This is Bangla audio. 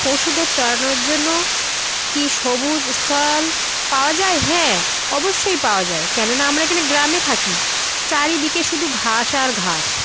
পশুদের চড়ানোর জন্য কি সবুজ স্থল পাওয়া যায় হ্যাঁ অবশ্যই পাওয়া যায় কেননা আমরা এখানে গ্রামে থাকি চারিদিকে শুধু ঘাস আর ঘাস